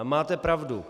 Máte pravdu.